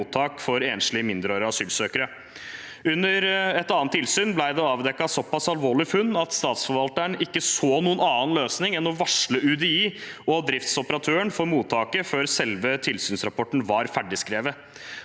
for enslige, mindreårige asylsøkere. Under et annet tilsyn ble det avdekket såpass alvorlige funn at statsforvalteren ikke så noen annen løsning enn å varsle UDI og driftsoperatøren for mottaket før selve tilsynsrapporten var ferdigskrevet.